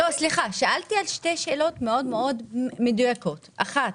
שאלתי שתי שאלות מאוד מדויקות: אחת,